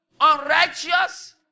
unrighteous